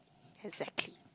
exactly